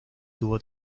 tuvo